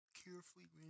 carefully